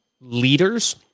leaders